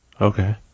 Okay